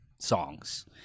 songs